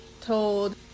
told